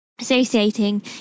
associating